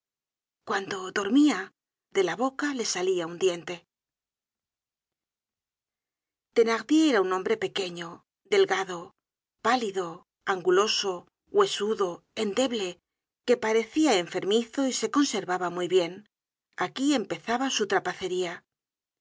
cuando dormía de la boca le salía un diente content from google book search generated at thenardier era un hombre pequeño delgado pálido anguloso huesudo endeble que parecia enfermizo y se conservaba muy bien aquí empezaba su